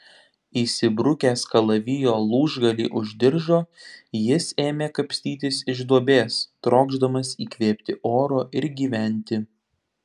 įsibrukęs kalavijo lūžgalį už diržo jis ėmė kapstytis iš duobės trokšdamas įkvėpti oro ir gyventi